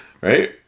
Right